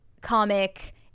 comic